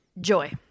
joy